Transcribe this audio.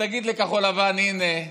ותגיד לכחול לבן: הינה,